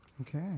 Okay